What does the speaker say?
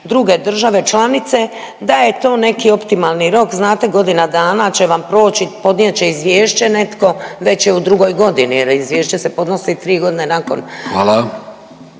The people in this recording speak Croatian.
druge države članice da je to neki optimalni rok, znate godina dana će vam proći, podnijet će izvješće netko, već je u drugoj godini jer izvješće se podnosi 3.g. nakon…/Upadica